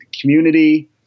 community